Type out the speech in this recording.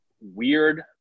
weird